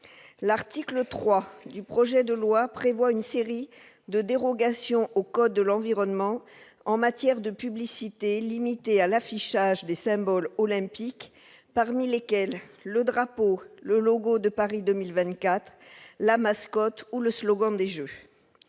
l'article 3 du projet de loi prévoit une série de dérogations au code de l'environnement, en matière de publicité limitée à l'affichage des symboles olympiques, parmi lesquels le drapeau, le logo de Paris 2024 la mascotte ou le slogan des Jeux,